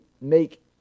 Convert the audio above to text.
make